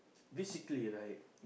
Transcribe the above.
basically right